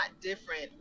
different